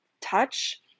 touch